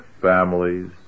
families